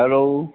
hello